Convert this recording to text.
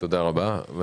תודה רבה.